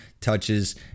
touches